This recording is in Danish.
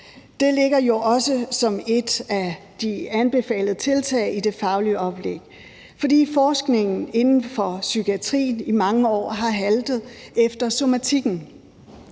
Det ligger jo også som et af de anbefalede tiltag i det faglige oplæg, fordi forskningen inden for psykiatrien i mange år har haltet efter somatikken.